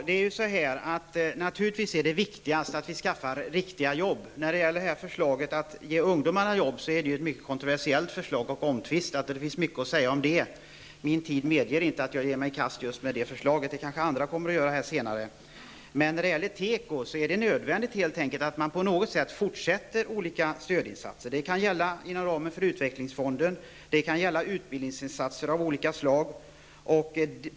Fru talman! Naturligtvis är det viktigaste att vi skapar riktiga jobb. Förslaget att ge ungdomar jobb är mycket kontroversiellt och omtvistat. Det finns mycket att säga om det. Min tid medger inte att jag ger mig i kast just med det förslaget. Det kanske andra gör här senare. När det gäller teko är det helt enkelt nödvändigt att man på något sätt fortsätter med olika stödinsatser. Det kan gälla inom ramen för utvecklingsfonden. Det kan vara utbildningsinsatser av olika slag.